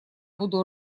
буду